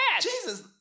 Jesus